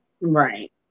Right